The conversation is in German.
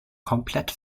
komplett